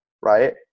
right